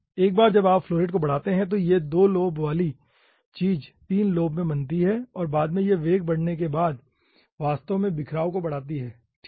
एक बार जब आप फ्लो रेट को बढ़ाते हैं तो यह 2 लोब वाली चीज 3 लोब में बनती है और बाद में यह वेग बढ़ने के बाद वास्तव में बिखराव को बढ़ाती है ठीक है